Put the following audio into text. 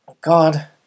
God